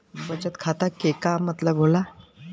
बचत खाता के का मतलब होला?